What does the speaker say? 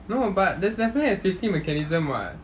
no but there's definitely a safety mechanism [what]